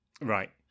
Right